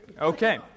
Okay